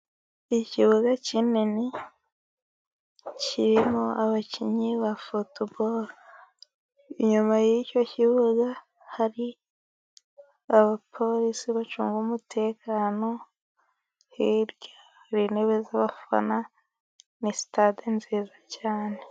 Ikibuga kinini kirimo abakinnyi ba futuboro, inyuma y'icyo kibuga hari abapolisi bacunga umutekano, hirya intebe z'abafana. Ni sitade nziza cyane.